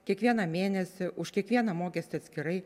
kiekvieną mėnesį už kiekvieną mokestį atskirai